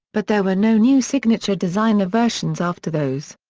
but there were no new signature designer versions after those.